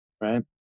right